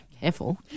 Careful